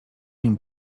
nim